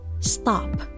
Stop